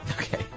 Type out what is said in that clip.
okay